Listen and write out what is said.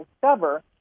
discover